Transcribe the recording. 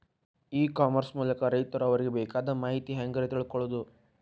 E commerce ಮೂಲಕ ರೈತರು ಅವರಿಗೆ ಬೇಕಾದ ಮಾಹಿತಿ ಹ್ಯಾಂಗ ರೇ ತಿಳ್ಕೊಳೋದು?